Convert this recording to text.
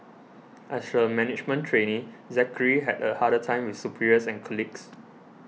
as a management trainee Zachary had a harder time with superiors and colleagues